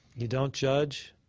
you don't judge.